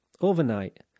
Overnight